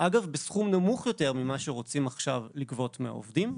אגב בסכום נמוך יותר ממה שרוצים עכשיו לגבות מהעובדים,